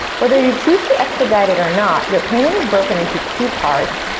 whether you choose to expedite it or not, your payment is broken into two parts,